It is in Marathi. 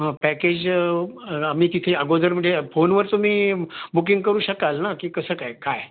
हां पॅकेज आम्ही तिथे अगोदर म्हणजे फोनवर तुम्ही बुकिंग करू शकाल ना की कसं काय काय